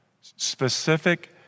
specific